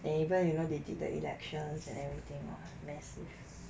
and even you know they did the election and everything was massive